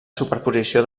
superposició